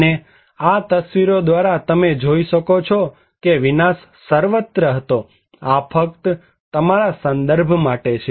અને આ તસવીરો દ્વારા તમે જોઈ શકો છો કે તે વિનાશ સર્વત્ર હતો આ ફક્ત તમારા સંદર્ભ માટે છે